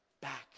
back